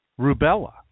rubella